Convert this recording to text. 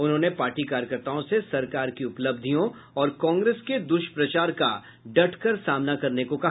उन्होंने पार्टी कार्यकर्ताओं से सरकार की उपलब्धियों और कांग्रेस के दुष्प्रचार का डटकर सामना करने को कहा